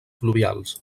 pluvials